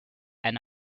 and